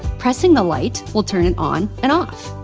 pressing the light will turn it on and off.